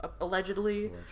Allegedly